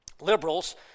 Liberals